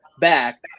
back –